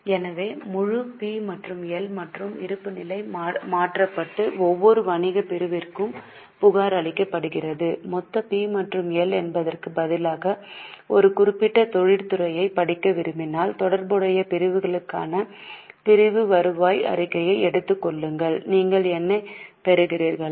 எனவே முழு பி மற்றும் எல் மற்றும் இருப்புநிலை மாற்றப்பட்டு ஒவ்வொரு வணிகப் பிரிவிற்கும் புகாரளிக்கப்படுகிறது மொத்த பி மற்றும் எல் எடுப்பதற்குப் பதிலாக ஒரு குறிப்பிட்ட தொழிற்துறையைப் படிக்க விரும்பினால் தொடர்புடைய பிரிவுக்கான பிரிவு வருவாய் அறிக்கையை எடுத்துக் கொள்ளுங்கள் நீங்கள் என்னைப் பெறுகிறீர்களா